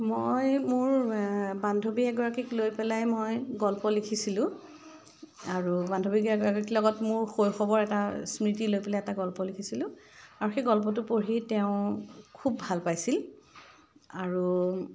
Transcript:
মই মোৰ বান্ধৱী এগৰাকীক লৈ পেলাই মই গল্প লিখিছিলোঁ আৰু বান্ধৱী গৰাকীৰ লগত মোৰ শৈশৱৰ এটা স্মৃতি লৈ পেলাই এটা গল্প লিখিছিলোঁ আৰু সেই গল্পটো পঢ়ি তেওঁ খুব ভাল পাইছিল আৰু